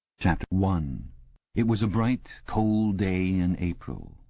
chapter one it was a bright cold day in april,